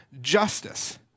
justice